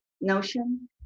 notion